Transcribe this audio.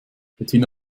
bettina